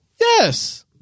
Yes